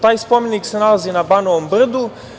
Taj spomenik se nalazi na Banovom Brdu.